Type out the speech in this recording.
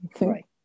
right